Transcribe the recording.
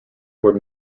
were